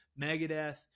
Megadeth